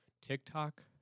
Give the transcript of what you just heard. TikTok